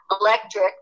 electric